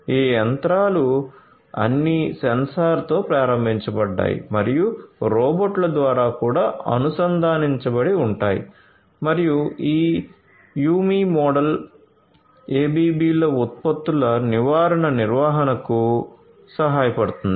ఈ యంత్రాలు అన్నీ సెన్సార్ తో ప్రారంభించబడ్డాయి మరియు రోబోట్ల ద్వారా కూడా అనుసంధానించబడి ఉంటాయి మరియు ఈ యుమి మోడల్ ABB ల ఉత్పత్తుల నివారణ నిర్వహణకు సహాయపడుతుంది